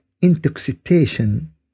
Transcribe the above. intoxication